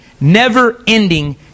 never-ending